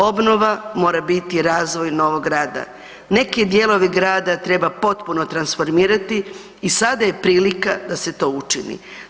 Obnova mora biti razvoj novog grada, neke dijelove grada treba potpuno transformirati i sada je prilika da se to učini.